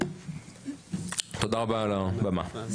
תודה רבה על הבמה.